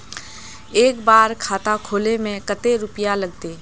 एक बार खाता खोले में कते रुपया लगते?